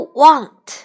want